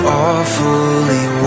awfully